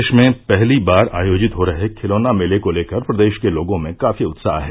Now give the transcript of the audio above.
देश में पहली बार आयोजित हो रहे खिलौना मेले को लेकर प्रदेश के लोगों में काफी उत्साह है